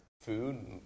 food